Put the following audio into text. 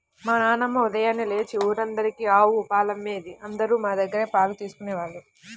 మా నాన్నమ్మ ఉదయాన్నే లేచి ఊరందరికీ ఆవు పాలమ్మేది, అందరూ మా దగ్గరే పాలు తీసుకెళ్ళేవాళ్ళు